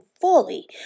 fully